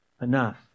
enough